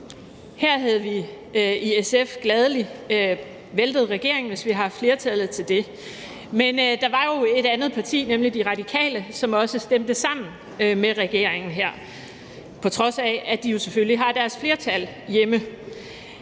Her havde vi i SF gladelig væltet regeringen, hvis vi havde haft flertallet til det. Men der var jo et andet parti, nemlig De Radikale, som stemte sammen med regeringen her, på trods af at de jo selvfølgelig har deres flertal hjemme.